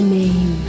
name